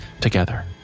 together